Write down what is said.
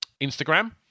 Instagram